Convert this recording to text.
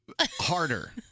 Harder